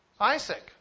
Isaac